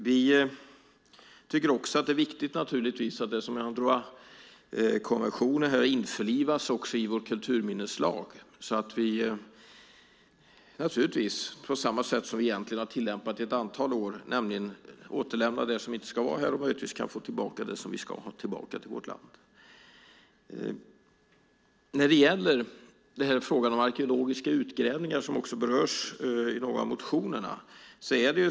Vi tycker också att det är viktigt att Unidroit-konventionen införlivas i vår kulturminneslag, på samma sätt som vi egentligen har gjort i ett antal år, nämligen att återlämna det som inte ska vara här och möjligtvis få tillbaka till vårt land det som vi ska ha tillbaka till vårt land. Frågan om arkeologiska utgrävningar berörs i några av motionerna.